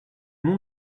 nom